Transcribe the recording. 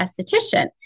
esthetician